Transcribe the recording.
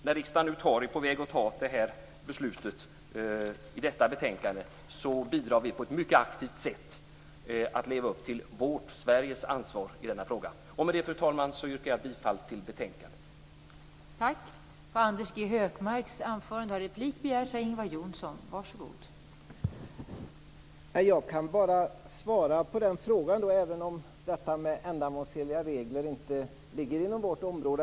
När riksdagen nu är på väg att fatta beslut med anledning av detta betänkande bidrar vi på ett mycket aktivt sätt till att leva upp till Sveriges ansvar i denna fråga. Med det, fru talman, yrkar jag bifall till utskottets hemställan.